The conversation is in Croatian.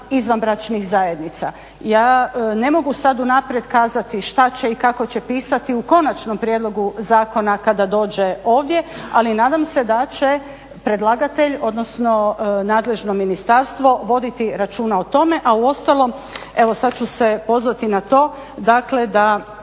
izvanbračnih zajednica. Ja ne mogu sada unaprijed kazati šta će i kako će pisati u konačnom prijedlogu zakona kada dođe ovdje ali nadam se da će predlagatelj odnosno nadležno ministarstvo voditi računa o tome. A uostalom sad ću se pozvati na to dakle vratit